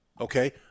Okay